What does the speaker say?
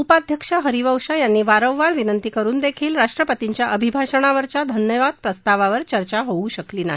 उपाध्यक्ष हरिवंश यांनी वारंवार विनंती करुन देखील राष्ट्रपतींच्या अभिभाषणावरच्या धन्यवाद प्रस्तावावर चर्चा होऊ शकली नाही